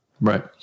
Right